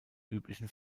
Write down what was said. üblichen